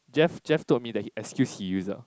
Jeff Jeff told me he excuse he use ah